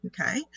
Okay